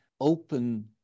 open